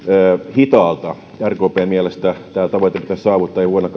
hitaalta rkpn mielestä tämä tavoite pitäisi saavuttaa jo vuonna